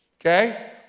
Okay